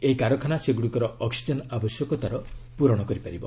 ଏହି କାରଖାନା ସେଗୁଡିକର ଅକ୍ବିଜେନ୍ ଆବଶ୍ୟକତାର ପୂରଣ କରିପାରିବ